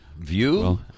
View